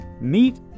meet